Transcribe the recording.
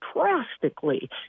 drastically